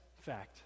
fact